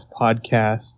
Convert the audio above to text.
podcast